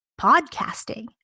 podcasting